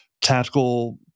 tactical